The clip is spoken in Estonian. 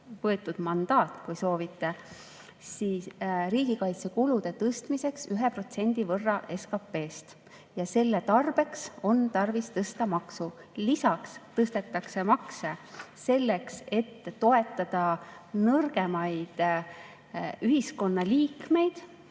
võetud mandaat, kui soovite, riigikaitsekulude tõstmiseks 1% võrra SKP‑st. Ja selle tarbeks on tarvis tõsta makse. Lisaks tõstetakse makse selleks, et toetada nõrgemaid ühiskonnaliikmeid.